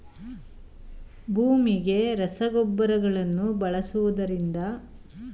ಭೂಮಿಗೆ ರಸಗೊಬ್ಬರಗಳನ್ನು ಬಳಸುವುದರಿಂದ ಆಗುವ ತೊಂದರೆಗಳು ಯಾವುವು?